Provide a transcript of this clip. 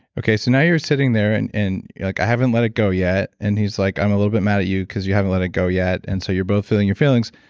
okay, so now you're sitting there and and you're like, i haven't let it go yet. and he's like, i'm a little bit mad at you because you haven't let it go yet. and so you're both feeling your feelings.